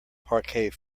parquet